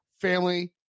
family